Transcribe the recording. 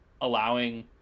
allowing